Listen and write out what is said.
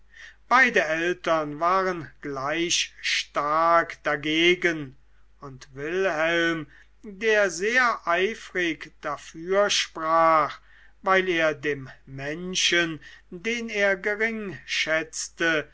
beide eltern waren gleich stark dagegen und wilhelm der sehr eifrig dafür sprach weil er dem menschen den er geringschätzte